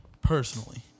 personally